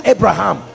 Abraham